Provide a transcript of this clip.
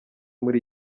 muri